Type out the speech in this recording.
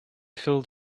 filled